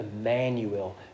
Emmanuel